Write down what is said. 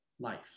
Life